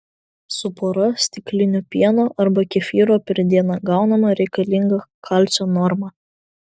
su pora stiklinių pieno arba kefyro per dieną gaunama reikalinga kalcio norma